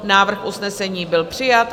Návrh usnesení byl přijat.